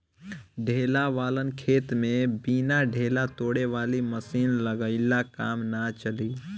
ढेला वालन खेत में बिना ढेला तोड़े वाली मशीन लगइले काम नाइ चली